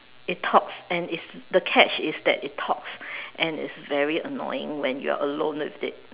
it talks and is the catch is that it talks and it's very annoying when you are alone with it